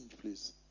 please